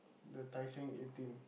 the Tai Seng eighteen